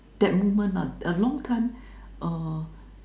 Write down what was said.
that moment uh a long time err